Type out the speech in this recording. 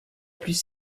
plus